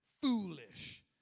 foolish